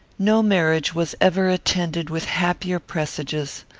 no marriage was ever attended with happier presages.